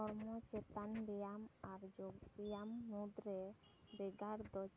ᱦᱚᱲᱢᱚ ᱪᱮᱛᱟᱱ ᱵᱮᱭᱟᱢ ᱟᱨ ᱡᱳᱜᱽ ᱵᱮᱭᱟᱢ ᱢᱩᱫᱽ ᱨᱮ ᱵᱷᱮᱜᱟᱨ ᱫᱚ